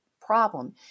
problem